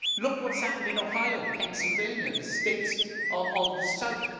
look what's happened in ohio, pennsylvania, the states of the south.